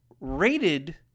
rated